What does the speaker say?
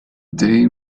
day